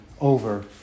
over